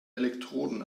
elektroden